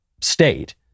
state